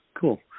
Cool